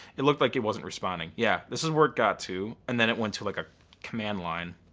it looked like it wasn't responding. yeah, this is where it got to. and then it went to like a command line.